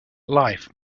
life